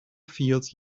feels